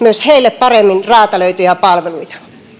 paremmin räätälöityjä palveluita